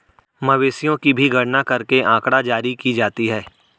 मवेशियों की भी गणना करके आँकड़ा जारी की जाती है